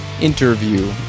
interview